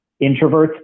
introverts